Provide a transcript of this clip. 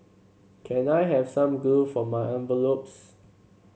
can I have some glue for my envelopes